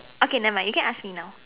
okay nevermind you can ask me now